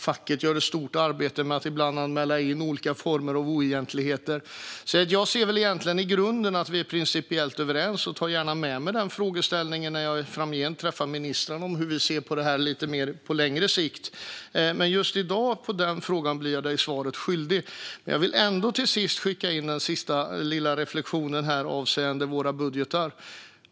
Facket gör ett stort arbete med att ibland anmäla olika former av oegentligheter. I grunden är vi principiellt överens, och i framtiden när jag ska träffa ministrar tar jag gärna med mig hur frågorna ska ses på längre sikt. Men just i dag blir jag svaret skyldig. Jag vill ändå skicka med en reflektion avseende våra budgetar.